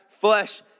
flesh